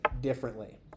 differently